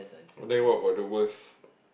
and then what about the worse